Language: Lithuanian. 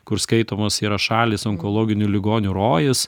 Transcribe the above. kur skaitomos yra šalys onkologinių ligonių rojus